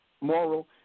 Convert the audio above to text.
moral